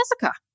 Jessica